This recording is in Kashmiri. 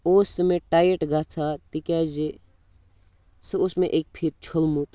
اوس سُہ مےٚ ٹایِٹ گژھان تِکیٛازِ سُہ اوس مےٚ اَکہِ پھیٖر چھوٚلمُت